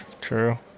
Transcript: true